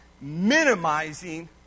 minimizing